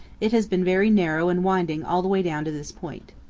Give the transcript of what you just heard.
it has been very narrow and winding all the way down to this point.